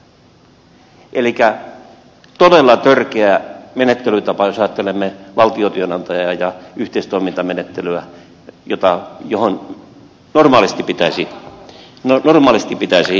elikkä todella törkeä menettelytapa jos ajattelemme valtiotyönantajaa ja yhteistoimintamenettelyä johon normaalisti pitäisi kyetä